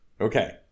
Okay